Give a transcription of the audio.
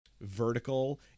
vertical